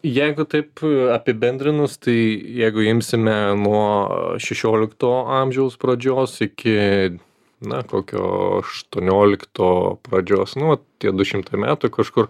jeigu taip apibendrinus tai jeigu imsime nuo šešiolikto amžiaus pradžios iki na kokio aštuoniolikto pradžios nu va tie du šimtai metų kažkur